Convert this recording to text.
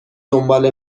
دنبال